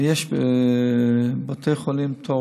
ויש בבתי חולים תור,